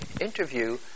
interview